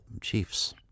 chiefs